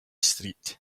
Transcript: street